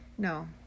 No